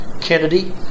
Kennedy